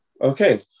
okay